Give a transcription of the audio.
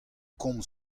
komz